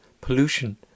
pollution